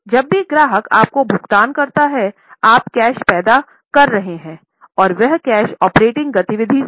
जब भी ग्राहक आपको भुगतान करता है आप कैश पैदा कर रहे हैं और वह कैश ऑपरेटिंग गति विधि से है